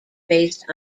based